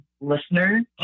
listeners